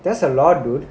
there's a lot dude